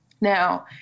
now